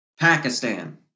Pakistan